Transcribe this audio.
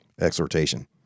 exhortation